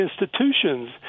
institutions